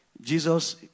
Jesus